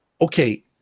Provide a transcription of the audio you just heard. okay